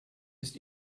ist